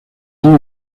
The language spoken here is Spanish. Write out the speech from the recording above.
son